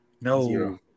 No